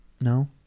No